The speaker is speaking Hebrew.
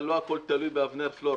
אבל לא הכול תלוי באבנר פלור.